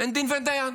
אין דין ואין דיין.